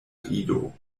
rido